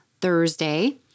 Thursday